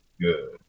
Good